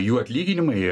jų atlyginimai